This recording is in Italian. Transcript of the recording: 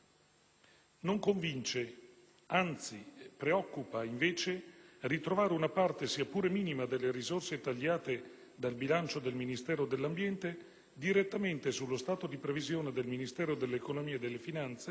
Non convince - anzi, preoccupa - invece ritrovare una parte, sia pure minima, delle risorse tagliate dal bilancio del Ministero dell'ambiente, direttamente sullo stato di previsione del Ministero dell'economia e delle finanze,